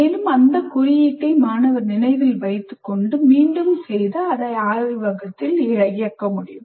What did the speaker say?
மேலும் அந்த குறியீட்டை மாணவர் நினைவில் வைத்துக் கொண்டு மீண்டும் செய்து அதை ஆய்வகத்தில் இயக்க முடியும்